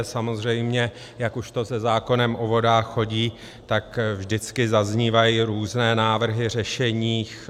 Samozřejmě, jak už to se zákonem o vodách chodí, tak vždycky zaznívají různé návrhy řešení.